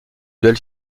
duel